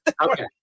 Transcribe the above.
Okay